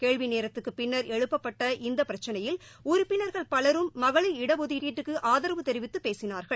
கேள்வி நேரத்துக்குப் பின்னா் எழுப்பப்பட்ட இந்த பிரச்சினையில் உறுப்பினா்கள் பலரும் மகளிா இடஒதுக்கீட்டுக்கு ஆதரவு தெரிவித்து பேசினார்கள்